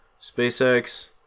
SpaceX